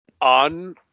on